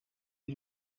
b’i